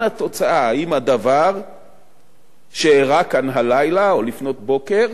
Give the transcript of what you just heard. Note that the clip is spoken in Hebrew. התוצאה אם הדבר שאירע כאן הלילה או לפנות בוקר